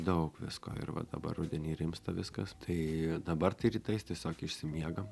daug visko ir va dabar rudenį rimsta viskas tai dabar tai rytais tiesiog išsimiegam